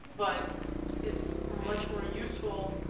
but it's much more useful